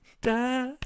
da